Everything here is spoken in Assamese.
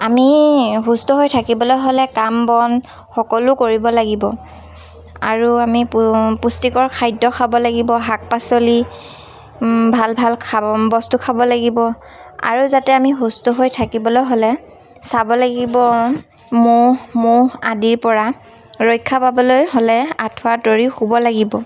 আমি সুস্থ হৈ থাকিবলৈ হ'লে কাম বন সকলো কৰিব লাগিব আৰু আমি পু পুষ্টিকৰ খাদ্য খাব লাগিব শাক পাচলি ভাল ভাল খাব বস্তু খাব লাগিব আৰু যাতে আমি সুস্থ হৈ থাকিবলৈ হ'লে চাব লাগিব ম'হ ম'হ আদিৰ পৰা ৰক্ষা পাবলৈ হ'লে আঁঠুৱা তৰি শুব লাগিব